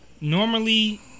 normally